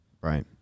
Right